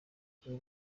igihe